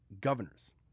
Governors